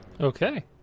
Okay